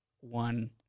one